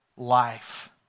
life